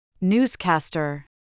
Newscaster